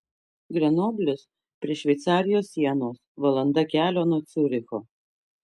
grenoblis prie šveicarijos sienos valanda kelio nuo ciuricho